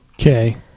Okay